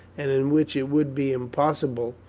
and in which it would be impossible,